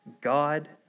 God